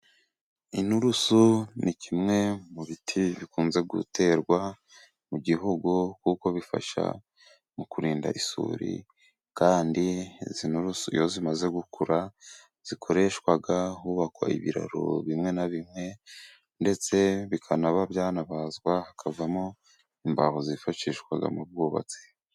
Inturusu ni kimwe mu biti bikunze guterwa mu gihugu kuko bifasha mu kurinda isuri, kandi izi nturusu iyo zimaze gukura, zikoreshwa hubakwa ibiraro bimwe na bimwe, ndetse bikanaba byanabazwa hakavamo imbaho zifashishwa mu bwubatsi.